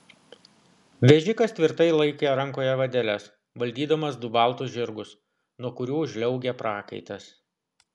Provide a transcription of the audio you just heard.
vežikas tvirtai laikė rankoje vadeles valdydamas du baltus žirgus nuo kurių žliaugė prakaitas